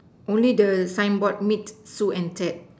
only the signboard need sew and tap